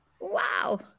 Wow